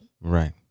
Right